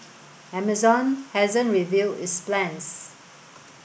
Amazon hasn't revealed its plans